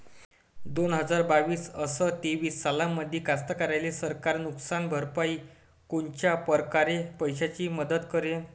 दोन हजार बावीस अस तेवीस सालामंदी कास्तकाराइले सरकार नुकसान भरपाईची कोनच्या परकारे पैशाची मदत करेन?